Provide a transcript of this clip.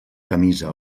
camisa